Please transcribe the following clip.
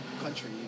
country